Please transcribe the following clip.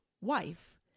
wife